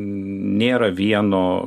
nėra vieno